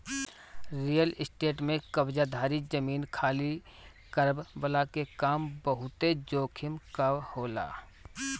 real estate में कब्ज़ादारी, जमीन खाली करववला के काम बहुते जोखिम कअ होला